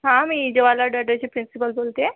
हां मी जवाहरलाल दर्डाची प्रिंसिपल बोलत आहे